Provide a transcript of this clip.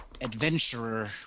adventurer